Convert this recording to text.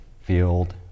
field